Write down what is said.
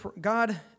God